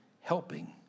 Helping